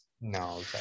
No